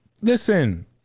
Listen